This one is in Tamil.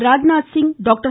ராஜ்நாத்சிங் டாக்டர்